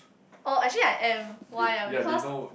oh actually I am why ah because